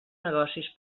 negocis